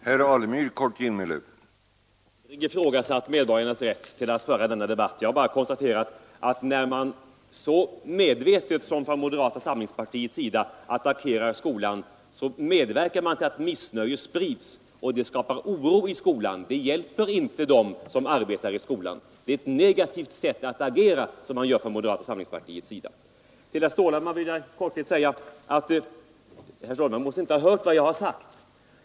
Herr talman! Jag har aldrig ifrågasatt medborgarnas rätt att föra en sådan debatt. Jag har bara konstaterat att när man så medvetet som man gör från moderata samlingspartiet attackerar skolan, så medverkar man till att ett missnöje sprids, och det skapar oro i skolan, Det hjälper inte dem som arbetar i skolan, Det är ett negativt sätt att agera av moderata samlingspartiet. Till herr Stålhammar vill jag i korthet säga att han inte måtte ha hört vad jag har sagt.